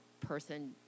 person